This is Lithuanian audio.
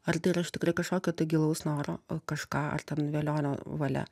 ar tai yra iš tikrai kažkokio tai gilaus noro kažką ar ten velionio valia